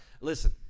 listen